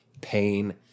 pain